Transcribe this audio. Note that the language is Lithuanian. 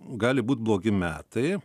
gali būt blogi metai